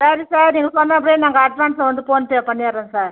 சரி சார் நீங்கள் சொன்னப்பயே நாங்கள் அட்வான்ஸ்ஸை வந்து ஃபோன் பே பண்ணிடுறோம் சார்